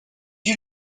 you